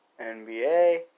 NBA